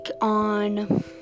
on